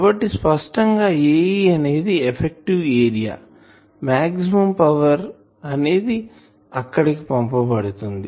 కాబట్టి స్పష్టం గా Ae అనేది ఎఫెక్టివ్ ఏరియా మాక్సిమం పవర్ అనేది అక్కడ కి పంపబడుతుంది